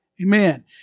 Amen